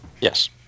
Yes